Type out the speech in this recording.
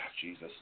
Jesus